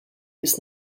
bis